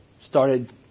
started